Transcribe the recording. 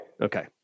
Okay